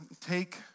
take